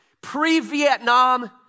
pre-Vietnam